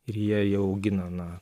ir jie jį augina na